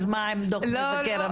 אז מה עם דוח מבקר המדינה?".